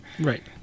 Right